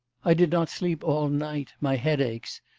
i did not sleep all night my head aches.